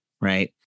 right